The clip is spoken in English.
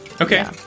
Okay